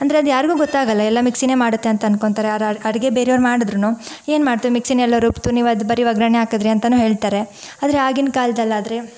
ಅಂದರೆ ಅದು ಯಾರಿಗೂ ಗೊತ್ತಾಗಲ್ಲ ಎಲ್ಲ ಮಿಕ್ಸಿನೇ ಮಾಡತ್ತೆ ಅಂತ ಅನ್ಕೊತಾರೆ ಅಡುಗೆ ಬೇರೆಯವ್ರು ಮಾಡುದ್ರೂ ಏನು ಮಾಡಿತು ಮಿಕ್ಸಿನೆ ಎಲ್ಲ ರುಬ್ಬಿತು ನೀವದು ಬರಿ ಒಗ್ಗರಣೆ ಹಾಕಿದ್ರಿ ಅಂತಾನು ಹೇಳ್ತಾರೆ ಆದರೆ ಆಗಿನ ಕಾಲದಲ್ಲಾದ್ರೆ